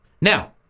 Now